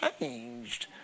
changed